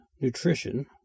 nutrition